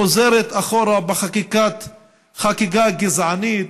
חוזרת אחורה בחקיקה גזענית,